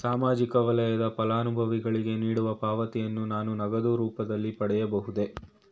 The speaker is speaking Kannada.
ಸಾಮಾಜಿಕ ವಲಯದ ಫಲಾನುಭವಿಗಳಿಗೆ ನೀಡುವ ಪಾವತಿಯನ್ನು ನಾನು ನಗದು ರೂಪದಲ್ಲಿ ಪಡೆಯಬಹುದೇ?